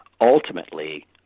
Ultimately